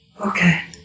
okay